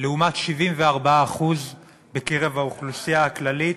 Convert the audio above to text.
לעומת 74% בקרב האוכלוסייה הכללית,